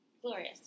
Glorious